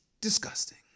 disgusting